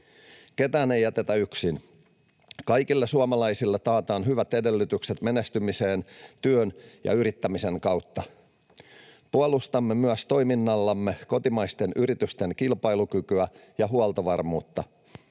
Ketään ei jätetä yksin. Kaikille suomalaisille taataan hyvät edellytykset menestymiseen työn ja yrittämisen kautta. Puolustamme toiminnallamme myös kotimaisten yritysten kilpailukykyä ja huoltovarmuutta.